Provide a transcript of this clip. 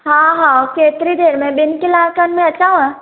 हा हा केतिरी देरि में बिनि कलाकनि में अचांव